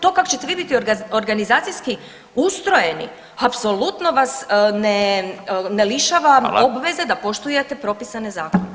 To kako ćete vi biti organizacijski ustrojeni apsolutno vas ne lišava obveze da poštujete propisane zakone.